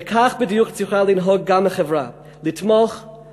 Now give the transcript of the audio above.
וכך בדיוק צריכה לנהוג גם החברה: לתמוך,